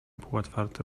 półotwarte